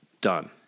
done